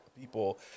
people